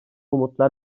umutlar